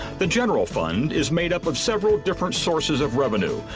the general fund is made up of several different sources of revenue,